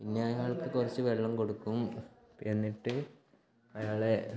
പിന്നെ അയാൾക്ക് കുറച്ച് വെള്ളം കൊടുക്കും എന്നിട്ട് അയാളെ